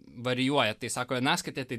varijuoja tai sako vienaskaita tai